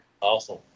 Awesome